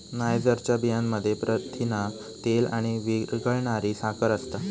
नायजरच्या बियांमध्ये प्रथिना, तेल आणि विरघळणारी साखर असता